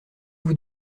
vous